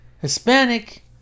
Hispanic